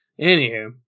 Anywho